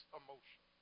emotion